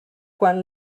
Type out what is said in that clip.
quan